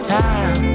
time